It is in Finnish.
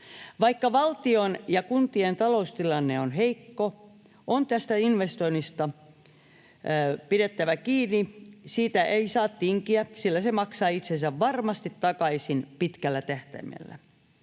Vaikka valtion ja kuntien taloustilanne on heikko, on tästä investoinnista pidettävä kiinni. Siitä ei saa tinkiä, sillä se maksaa itsensä varmasti takaisin pitkällä tähtäimellä.